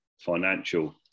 financial